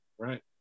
Right